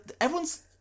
Everyone's